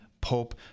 Pope